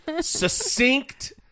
succinct